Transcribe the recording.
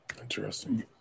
Interesting